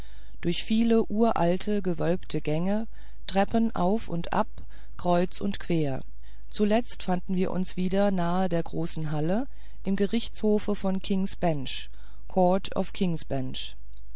durch viele uralte gewölbte gänge treppen auf und ab kreuz und quer zuletzt fanden wir uns wieder nahe an der großen halle im gerichtshofe von kingsbench court of